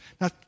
Now